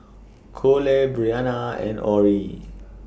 Kole Bryana and Orie